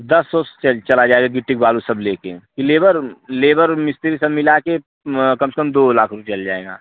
दस ओस चल चला जाएगा गिट्टी बालू सब लेके कि लेबर लेबर और मिस्त्री सब मिला के कम से कम दो लाख रुपये चल जाएगा